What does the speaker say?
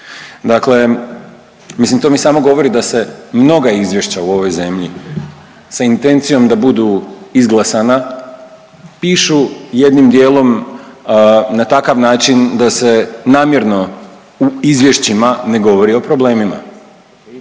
Dakle, mislim to mi samo govori da se mnoga izvješća u ovoj zemlji sa intencijom da budu izglasana pišu jednim dijelom na takav način da se namjerno u izvješćima ne govori o problemima.